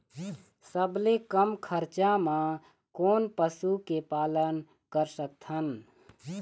सबले कम खरचा मा कोन पशु के पालन कर सकथन?